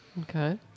Okay